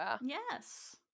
Yes